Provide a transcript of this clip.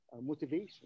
motivation